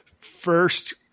first